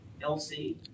LC